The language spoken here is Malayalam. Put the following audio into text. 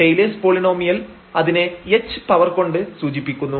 ടെയ്ലെഴ്സ് പോളിണോമിയൽ Taylor's polynomial അതിനെ h പവർ കൊണ്ട് സൂചിപ്പിക്കുന്നു